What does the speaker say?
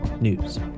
news